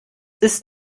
ist